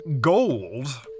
gold